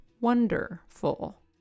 Wonderful